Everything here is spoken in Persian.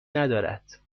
ندارد